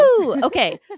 Okay